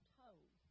told